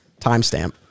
timestamp